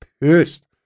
Pissed